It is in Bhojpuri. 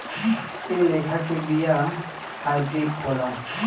एह लेखा के बिया हाईब्रिड होला